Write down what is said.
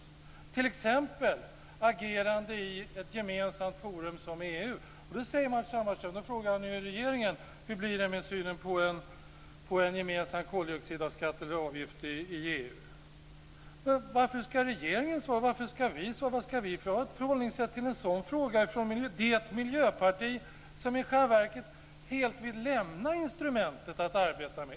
Det skulle t.ex. kunna handla om ett agerande i ett gemensamt forum som EU. Då frågar Matz Hammarström regeringen hur det blir med synen på en gemensam koldioxidavgift i EU. Varför ska regeringen svara på det? Varför ska vi svara? Varför ska vi ha ett förhållningssätt till en sådan fråga från det miljöparti som i själva verket helt vill lämna det här instrumentet att arbeta med?